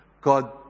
God